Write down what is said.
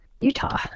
Utah